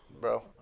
bro